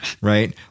Right